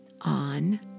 on